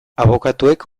abokatuek